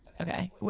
Okay